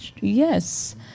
yes